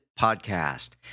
podcast